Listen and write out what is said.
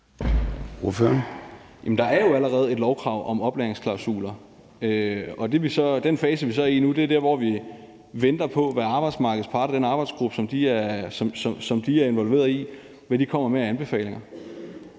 der er jo allerede et lovkrav om oplæringsklausuler. Den fase, vi så er i nu, er der, hvor vi venter på, hvad arbejdsmarkedets parter, altså den arbejdsgruppe, som de er involveret i, kommer med af anbefalinger.